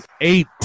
eight